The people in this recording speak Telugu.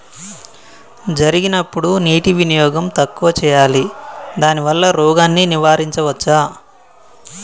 జరిగినప్పుడు నీటి వినియోగం తక్కువ చేయాలి దానివల్ల రోగాన్ని నివారించవచ్చా?